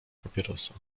papierosa